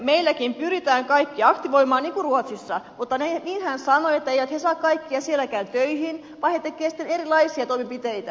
meilläkin pyritään kaikki aktivoimaan niin kuin ruotsissa mutta ruotsalainen asiantuntija sanoi etteivät he saa kaikkia sielläkään töihin vaan he tekevät sitten erilaisia toimenpiteitä